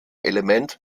element